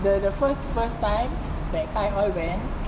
the the first first time that khai all went